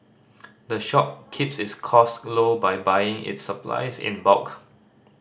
the shop keeps its cost low by buying its supplies in bulk